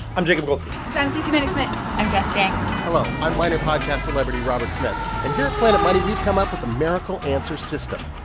i'm jacob goldstein i'm stacey vanek smith i'm jess jiang hello. i'm minor podcast celebrity robert smith. and here at planet money, we've come up with a miracle answer system.